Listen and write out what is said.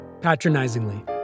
patronizingly